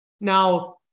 now